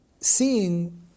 seeing